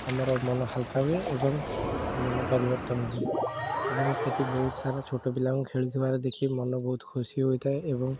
ଆମର ମନ ହାଲ୍କା ହୁଏ ଏବଂ ମନ ପରିବର୍ତ୍ତନ ହୁଏ ଏବଂ ସେଠି ବହୁତ ସାରା ଛୋଟ ପିଲାଙ୍କୁ ଖେଳୁଥିବାର ଦେଖି ମନ ବହୁତ ଖୁସି ହୋଇଥାଏ ଏବଂ